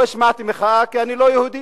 לא השמעתי מחאה, כי אני לא יהודי.